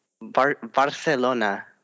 Barcelona